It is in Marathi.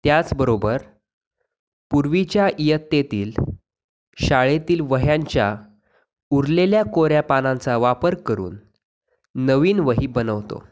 त्याचबरोबर पूर्वीच्या इयत्तेतील शाळेतील वह्यांच्या उरलेल्या कोऱ्या पानांचा वापर करून नवीन वही बनवतो